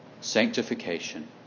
Sanctification